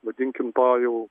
vadinkime to jau